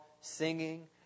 singing